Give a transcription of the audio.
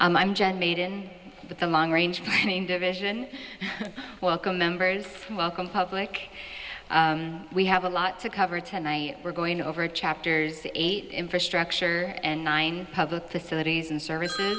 minutes i'm john made in the long range planning division welcome members from welcome public we have a lot to cover tonight we're going over chapters eight infrastructure and nine public facilities and services